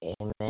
Amen